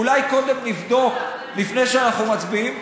אולי קודם נבדוק לפני שאנחנו מצביעים?